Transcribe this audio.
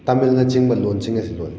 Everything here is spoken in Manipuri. ꯇꯥꯃꯤꯜꯅ ꯆꯤꯡꯕ ꯂꯣꯟꯁꯤꯡ ꯑꯁꯤ ꯂꯣꯟꯂꯤ